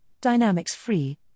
dynamics-free